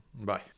Bye